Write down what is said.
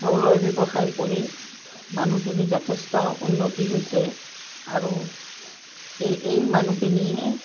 চাউলৰ ব্যৱসায় কৰি মানুহখিনি যথেষ্ট উন্নতি হৈছে আৰু এই এই মানুহখিনিয়ে